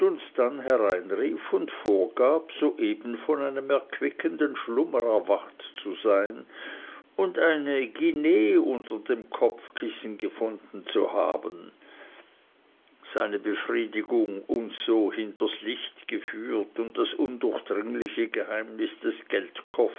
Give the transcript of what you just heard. hereinrief und vorgab soeben von einem erquickenden schlummer erwacht zu sein und eine guinee unter dem kopfkissen gefunden zu haben seine befriedigung uns so hinters licht geführt und das undurchdringliche geheimnis des